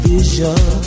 Vision